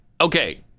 Okay